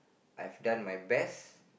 I've done my best